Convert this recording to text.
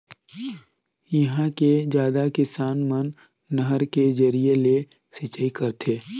इहां के जादा किसान मन नहर के जरिए ले सिंचई करथे